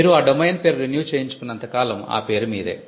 మీరు ఆ డొమైన్ పేరు రెన్యూ చేయించు కున్నంత కాలం ఆ పేరు మీదే